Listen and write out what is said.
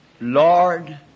Lord